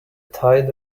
tide